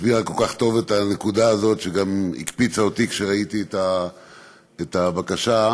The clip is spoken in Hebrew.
שגם הקפיצה אותי כשראיתי את הבקשה,